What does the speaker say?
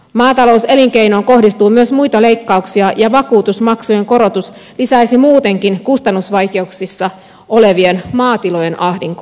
maatalouselinkeinoon kohdistuu myös muita leikkauksia ja vakuutusmaksujen korotus lisäisi muutenkin kustannusvaikeuksissa olevien maatilojen ahdinkoa